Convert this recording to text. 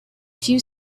few